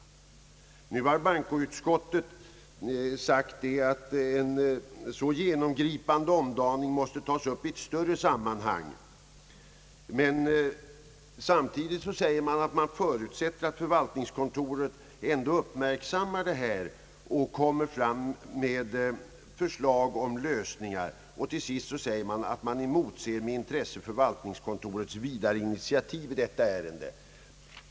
Nu har bankoutskottet sagt att en så genomgripande omdaning måste tas upp i ett större sammanhang, men samtidigt säger utskottet att det förutsätter, att förvaltningskontoret ändå uppmärksammar detta problem och kommer fram med förslag till lösningar. Till sist säger utskottet, att det med intresse motser förvaltningskontorets vidare initiativ i detta ärende.